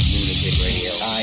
LunaticRadio